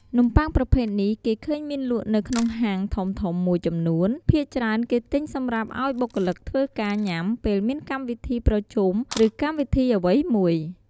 នំបុ័ងប្រភេទនេះគេឃើញមានលក់នៅក្នុងហាងធំៗមួយចំនួន ភាគច្រើនគេទិញសម្រាប់ឲ្យបុគ្គលិកធ្វើការញុាំពេលមានកម្មវីធីប្រជុំឬកម្មវីធីអ្វីមួយ។